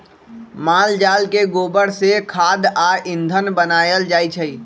माल जाल के गोबर से खाद आ ईंधन बनायल जाइ छइ